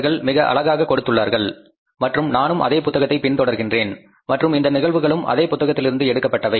அவர்கள் மிக அழகாக கொடுத்துள்ளார்கள் மற்றும் நானும் அதே புத்தகத்தை பின் தொடர்கிறேன் மற்றும் இந்த நிகழ்வுகளும் அதே புத்தகத்தில் இருந்து எடுக்கப்பட்டவை